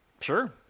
Sure